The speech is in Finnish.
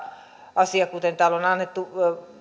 asia kuten täällä on annettu